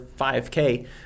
5K